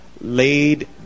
laid